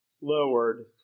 lowered